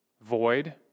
void